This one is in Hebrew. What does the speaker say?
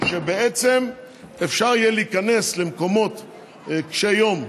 שבעצם אפשר יהיה להיכנס למקומות קשי יום,